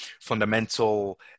fundamental